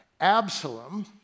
Absalom